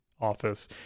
office